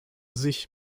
sich